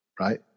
Right